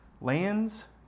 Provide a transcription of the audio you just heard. lands